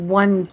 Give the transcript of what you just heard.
one